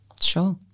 Sure